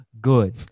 good